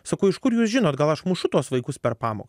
sakau iš kur jūs žinot gal aš mušu tuos vaikus per pamoką